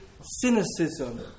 cynicism